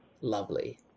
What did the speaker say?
lovely